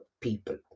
people